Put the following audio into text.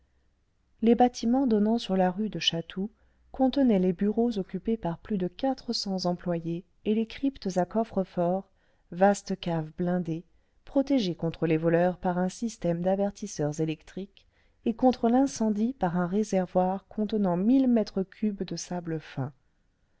les bâtiments donnant sur la rue de chatou contenaient les bureaux occupés par plus de quatre cents enrployés et les cryptes à coffres-forts vastes caves blindées protégées contre les voleurs par un système d'avertisseurs électriques et contre l'incendie par un réservoir contenant mille mètres cubes de sable fin